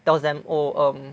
tells them oh um